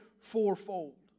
fourfold